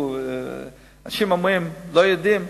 אנשים אומרים: לא יודעים.